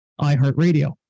iHeartRadio